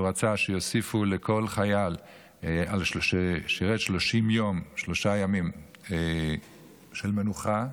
הוא רצה שיוסיפו לכל חייל ששירת 30 יום שלושה ימים של מנוחה,